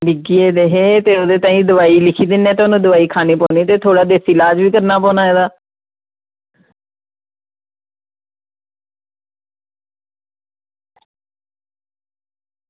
गेदे हे ते ओह्दे बास्तै तुसेंगी दोआई लिखी देनी पौनी ते थोह्ड़ा देसी ईलाज बी करना पौना एह्दा